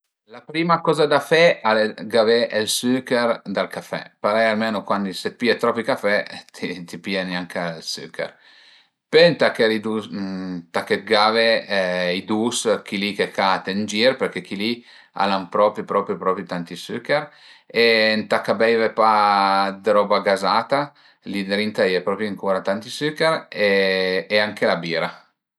La prima coza da fe al e gavé ël suchèr dal café parei almenu se pìe tropi café, ti pìe gnanca ël suchèr, pöi ëntà che ridus ëntà che gave i dus, chi li che cate ën gir përché chi li al an propi propi propi tanti suchèr e ëntà ch'a beive pa d'roba gazata, li ëndrinta ai ancura propi tanti suchèr e anche la bira